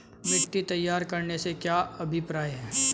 मिट्टी तैयार करने से क्या अभिप्राय है?